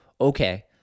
Okay